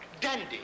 Dandy